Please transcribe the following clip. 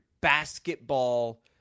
basketball